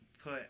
put